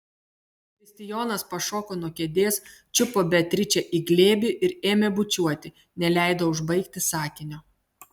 kristijonas pašoko nuo kėdės čiupo beatričę į glėbį ir ėmė bučiuoti neleido užbaigti sakinio